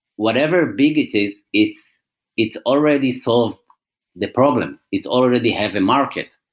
whatever big it is, it's it's already solved the problem. it's already have a market.